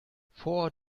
four